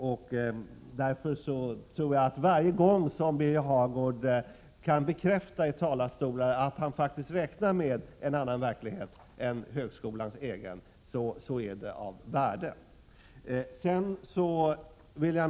Därför tror jag att det är av värde varje gång som Birger Hagård i talarstolar kan bekräfta att han faktiskt räknar med en annan verklighet än högskolans egen.